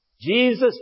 Jesus